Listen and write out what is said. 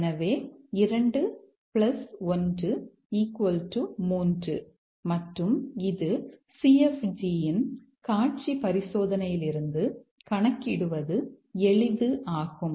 எனவே 2 1 3 மற்றும் இது CFG இன் காட்சி பரிசோதனையிலிருந்து கணக்கிடுவது எளிது ஆகும்